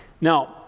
Now